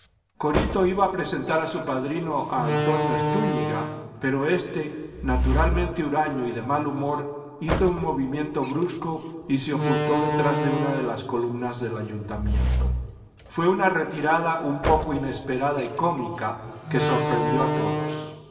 corito iba a presentar a su padrino a antonio estúñiga pero éste naturalmente huraño y de mal humor hizo un movimiento brusco y se ocultó detrás de una de las columnas del ayuntamiento fué una retirada un poco inesperada y cómica que sorprendió a todos